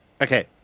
Okay